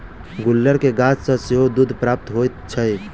गुलर के गाछ सॅ सेहो दूध प्राप्त होइत छै